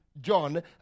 John